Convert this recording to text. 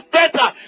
better